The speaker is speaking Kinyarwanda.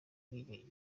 ubwigenge